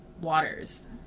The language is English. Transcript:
waters